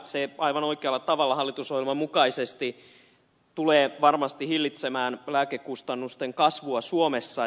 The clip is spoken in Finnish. se aivan oikealla tavalla hallitusohjelman mukaisesti tulee varmasti hillitsemään lääkekustannusten kasvua suomessa